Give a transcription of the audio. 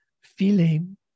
feeling